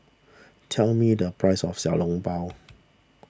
tell me the price of Xiao Long Bao